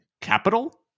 capital